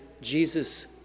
Jesus